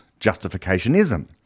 justificationism